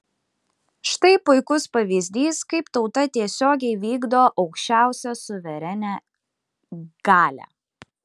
štai puikus pavyzdys kaip tauta tiesiogiai vykdo aukščiausią suverenią galią